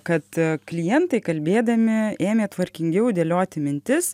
kad klientai kalbėdami ėmė tvarkingiau dėlioti mintis